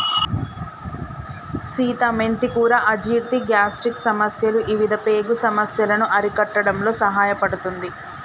సీత మెంతి కూర అజీర్తి, గ్యాస్ట్రిక్ సమస్యలు ఇవిధ పేగు సమస్యలను అరికట్టడంలో సహాయపడుతుంది